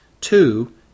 Two